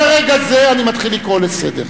מרגע זה אני מתחיל לקרוא לסדר.